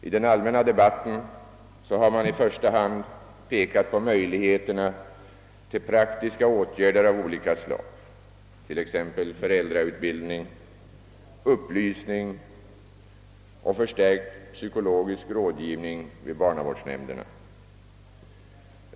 I den allmänna debatten har man i första hand pekat på möjligheterna till praktiska åtgärder av olika slag — t.ex. föräldrautbildning, upplysning och förstärkt psykologisk rådgivning vid barnavårdsnämnderna.